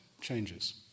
changes